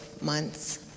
months